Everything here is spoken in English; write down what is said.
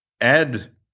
Ed